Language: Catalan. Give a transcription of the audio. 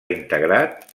integrat